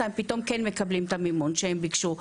הם פתאום כן מקבלים את המימון שהם ביקשו.